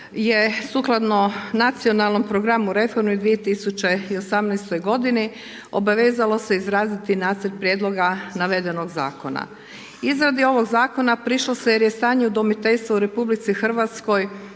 je sukladno Nacionalnom programu reformi 2018. godini obavezalo se izraziti nacrt prijedloga navedenog zakona. Izradi ovog zakona prišlo se jer stanje udomiteljstvo u RH